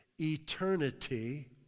eternity